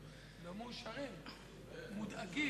אדוני.